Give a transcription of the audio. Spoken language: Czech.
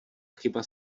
chyba